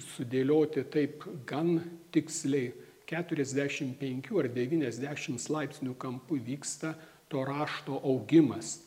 sudėlioti taip gan tiksliai keturiasdešim penkių ar devyniasdešimts laipsnių kampu vyksta to rašto augimas